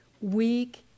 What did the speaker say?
weak